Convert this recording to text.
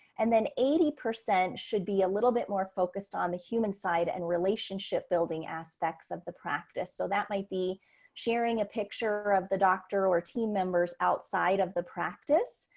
and then eighty percent should be a little bit more focused on the human side and relationship building aspects of the practice. so that might be sharing a picture of the doctor or team members outside of the practice.